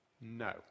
no